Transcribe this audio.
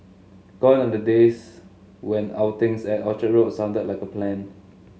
gone are the days when outings at Orchard Road sounded like a plan